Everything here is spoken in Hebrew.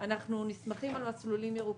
אנחנו נסמכים על מסלולים ירוקים.